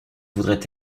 voudrait